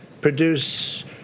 Produce